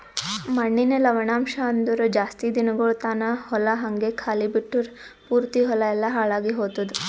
ಮಣ್ಣಿನ ಲವಣಾಂಶ ಅಂದುರ್ ಜಾಸ್ತಿ ದಿನಗೊಳ್ ತಾನ ಹೊಲ ಹಂಗೆ ಖಾಲಿ ಬಿಟ್ಟುರ್ ಪೂರ್ತಿ ಹೊಲ ಎಲ್ಲಾ ಹಾಳಾಗಿ ಹೊತ್ತುದ್